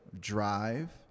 drive